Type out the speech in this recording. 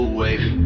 wave